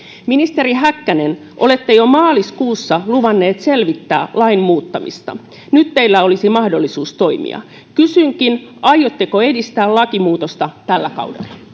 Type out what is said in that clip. ministeri häkkänen olette jo maaliskuussa luvannut selvittää lain muuttamista nyt teillä olisi mahdollisuus toimia kysynkin aiotteko edistää lakimuutosta tällä kaudella